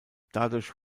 dadurch